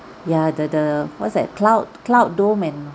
ya the the what's that cloud cloud dome and